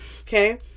okay